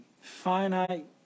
finite